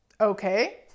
okay